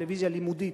טלוויזיה לימודית.